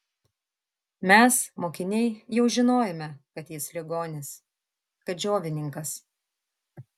mes mokiniai jau žinojome kad jis ligonis kad džiovininkas